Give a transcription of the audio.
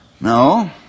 No